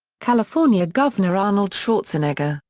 california governor arnold schwarzenegger,